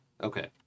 Okay